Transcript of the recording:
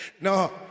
No